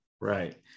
right